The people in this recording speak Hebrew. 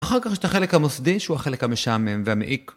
אחר כך יש את החלק המוסדי שהוא החלק המשעמם והמעיק.